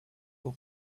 will